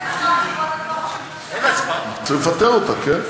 מאוימת עכשיו, בעקבות הדוח, רצו לפטר אותה, כן.